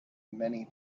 many